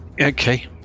Okay